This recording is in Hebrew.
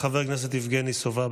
חבר הכנסת יבגני סובה.